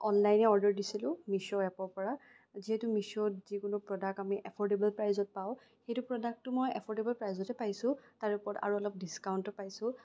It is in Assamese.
অনলাইনে অৰ্ডাৰ দিছিলোঁ মিছ' এপৰ পৰা যিহেতু মিছ'ত যিকোনো প্ৰডাক্ট আমি এফোৰ্ডেবল প্ৰাইচত পাওঁ সেইটো প্ৰডাক্টটো মই এফোৰ্ডেবল প্ৰাইচতে পাইছোঁ তাৰ ওপৰত আৰু অলপ ডিচকাউণ্টো পাইছোঁ